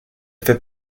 fait